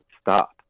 stop